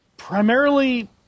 Primarily